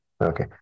Okay